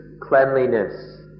cleanliness